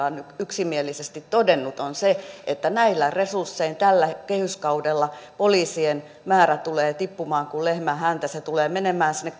on yksimielisesti todennut on se että näillä resurssein tällä kehyskaudella poliisien määrä tulee tippumaan kuin lehmän häntä se tulee menemään sinne